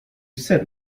said